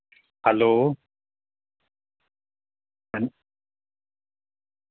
hello